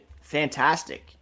fantastic